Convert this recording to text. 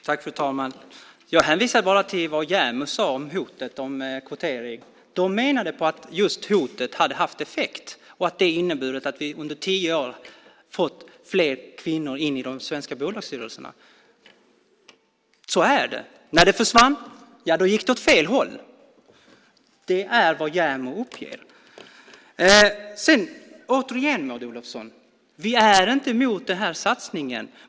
Fru talman! Jag hänvisar bara till vad JämO sade om hotet om kvotering. De menade på att just hotet hade haft effekt och att det inneburit att vi under tio år fått in fler kvinnor i de svenska bolagsstyrelserna. Så är det. När det försvann gick det åt fel håll. Det är vad JämO uppger. Återigen, Maud Olofsson: Vi är inte emot den här satsningen.